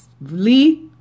Lee